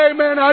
Amen